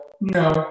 No